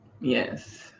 Yes